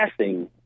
passing